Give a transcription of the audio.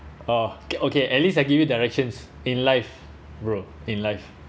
orh o~ okay at least I give you directions in life bro in life